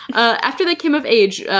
ah after they came of age,